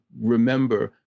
remember